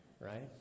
Right